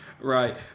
Right